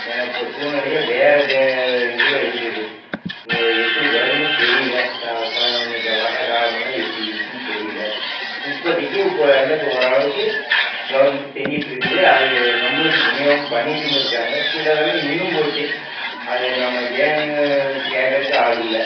ஏன்னா இப்போ சூழ்நிலையே வேறே தே இதில் இருக்குது இனி எப்படி வருன்னு தெரியல க கா வர்ற காலமெல்லாம் எப்படி இருக்குன் தெரியல இப்பதைக்கி உப்ப எல்லாக்கு ஓரளவுக்கு கவர்மெண்ட்டு செஞ்சிட்டிருக்குது அதே நம்மளுக்கு வினியோகம் பண்ணிட்டும் இருக்காங்க சிலதெல்லாம் இன்னும் போச்சு அது நாம் ஏன்னு கேட்கறக்கு ஆள் இல்லை